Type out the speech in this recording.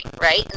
right